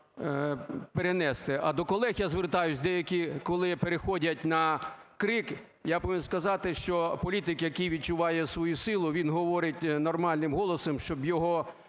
перенести. А до колег я звертаюсь. Деякі, коли переходять на крик, я повинен сказати, що політик, який відчуває свою силу, він говорить нормальним голосом, щоб його